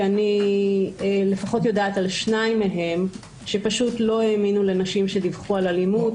שאני יודעת לפחות על שניים מהם שלא האמינו לנשים שדיווחו על אלימות.